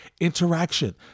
interaction